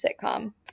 sitcom